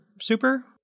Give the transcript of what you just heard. super